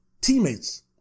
teammates